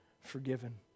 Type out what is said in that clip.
forgiven